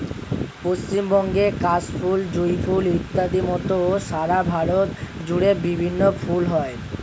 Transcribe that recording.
পশ্চিমবঙ্গের কাশ ফুল, জুঁই ফুল ইত্যাদির মত সারা ভারত জুড়ে বিভিন্ন ফুল হয়